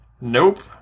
Nope